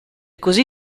così